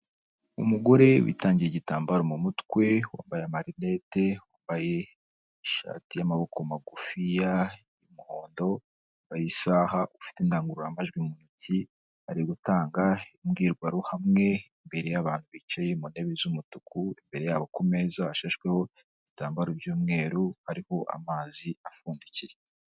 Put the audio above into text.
Umugore witangiye igitambaro mu mutwe, wambaye marinete, wambaye ishati y'amaboko magufiya y'umuhondo wambaye isaha, ufite indangururamajwi mu ntoki, ari gutanga imbwirwaruhamwe imbere yabantu bicaye mu ntebe z'umutuku, imbere yabo ku meza ha ashashweho igitambaro by'umweru hariho amazi apfundikiye.